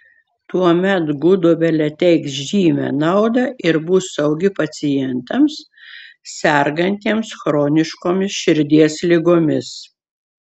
tuomet gudobelė teiks žymią naudą ir bus saugi pacientams sergantiems chroniškomis širdies ligomis